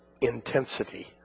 intensity